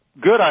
good